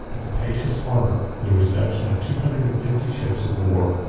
a capacious harbor, for the reception of two hundred and fifty ships of war.